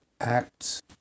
Acts